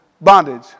bondage